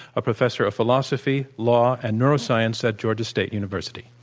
a professor of philosophy, law, and neuroscience at georgia state university.